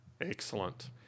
Excellent